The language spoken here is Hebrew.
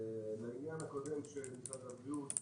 לעניין הקודם של משרד הבריאות,